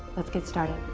let's get started.